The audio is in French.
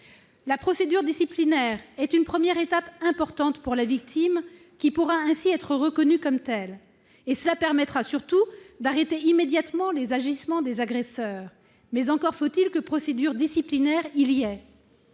La procédure disciplinaire est une première étape importante pour la victime, qui peut ainsi être reconnue comme telle. Cela permet surtout d'arrêter immédiatement les agissements des agresseurs. Mais encore faut-il que procédure disciplinaire il y ait